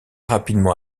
rapidement